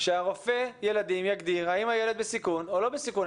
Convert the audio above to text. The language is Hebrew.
שרופא הילדים יגדיר האם הילד בסיכון או לא בסיכון.